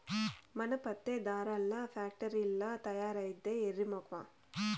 మన పత్తే దారాల్ల ఫాక్టరీల్ల తయారైద్దే ఎర్రి మొకమా